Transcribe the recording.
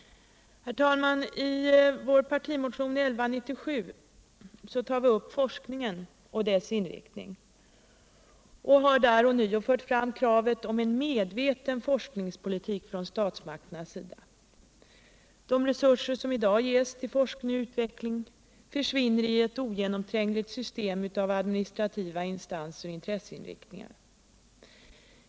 Herr talman! I vår partimotion 1197 tar vi upp forskningen och dess inriktning. Vi har där ånyo fört fram kravet på en medveten forskningspolitik från statsmakternas sida. De resurser som i dag ges till forskning och utveckling försvinner i ett ogenomträngligt system av administrativa instanser och intresseinriktningar.